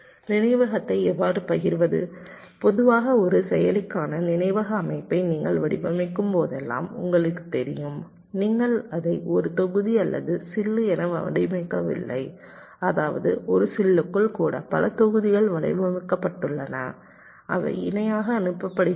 நினைவகத்தை எவ்வாறு பகிர்வது பொதுவாக ஒரு செயலிக்கான நினைவக அமைப்பை நீங்கள் வடிவமைக்கும்போதெல்லாம் உங்களுக்குத் தெரியும் நீங்கள் அதை ஒரு தொகுதி அல்லது சில்லு என வடிவமைக்கவில்லை அதாவது ஒரு சில்லுக்குள் கூட பல தொகுதிகள் வடிவமைக்கப்பட்டுள்ளன அவை இணையாக அணுகப்படுகின்றன